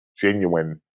genuine